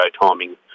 timing